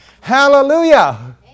Hallelujah